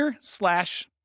slash